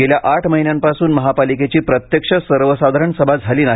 गेल्या आठ महिन्यांपासून महापालिकेची प्रत्यक्ष सर्वसाधारण सभा झाली नाही